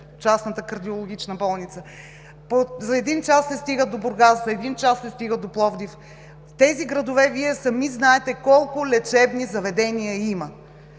Частната кардиологична болница, за един час се стига до Бургас, за един час се стига до Пловдив. Вие сами знаете в тези градове колко лечебни заведения има.